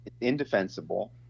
indefensible